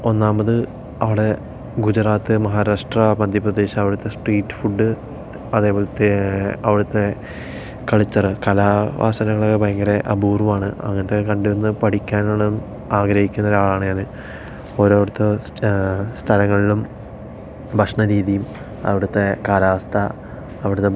ഒന്നാമത് അവിടെ ഗുജറാത്ത് മഹാരാഷ്ട്ര മദ്ധ്യപ്രദേശ് അവിടുത്തെ സ്ട്രീറ്റ് ഫുഡ് അതേപോലത്തെ അവിടുത്തെ കള്ച്ചർ കലാ വാസനകൾ ഭയങ്കര അപൂര്വ്വമാണ് അങ്ങനത്തെ കണ്ടിരുന്നു പഠിക്കാനുള്ളതും ആഗ്രഹിക്കുന്ന ഒരാളാണ് ഞാൻ ഓരോരുത്തെ സ്റ്റ് സ്റ്റാളുകളിലും ഭക്ഷണ രീതിയും അവിടുത്തെ കാലാവസ്ഥ അവിടുത്തെ